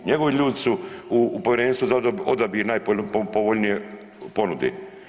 Njegovi ljudi su u Povjerenstvu za odabir najpovoljnije ponude.